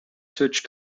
such